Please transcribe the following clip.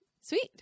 Sweet